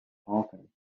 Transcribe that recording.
altered